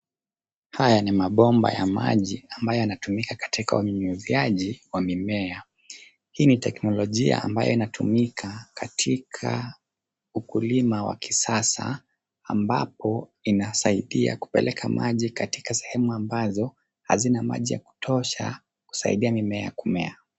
Haya ni mabomba ya maji ambayo yanatumika katika unyunyiziaji wa mimea. Hii ni teknolojia ambayo inatumika katika ukulima wa kisasa ambapo inasaidia kupeleka maji katika sehemu ambazo hazina maji ya kutosha kusaidia mimea kumea.